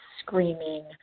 screaming